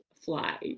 fly